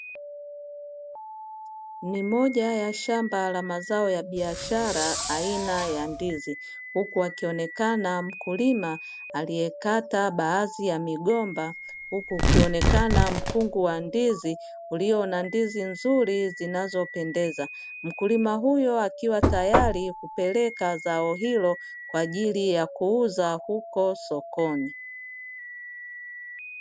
Ni moja ya shamba la mazao ya biashara ya aina ya ndizi, huku akionekana mkulima aliyekata baadhi ya migomba huku ukionekana mkungu wa ndizi ulio na ndizi nzuri zinazopendeza. Mkulima huyo akiwa tayari kupeleka zao hilo kwa ajili ya kuuza huko sokoni.